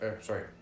sorry